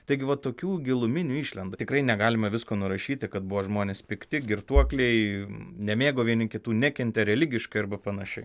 taigi va tokių giluminių išlenda tikrai negalima visko nurašyti kad buvo žmonės pikti girtuokliai nemėgo vieni kitų nekentė religiškai arba panašiai